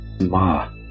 Ma